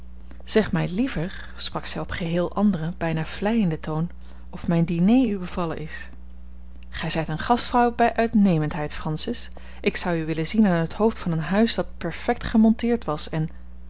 zeg mij liever sprak zij op geheel anderen bijna vleienden toon of mijn diner u bevallen is gij zijt eene gastvrouw bij uitnemendheid francis ik zou u willen zien aan het hoofd van een huis dat perfect gemonteerd was en